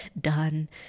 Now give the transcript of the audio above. done